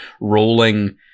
rolling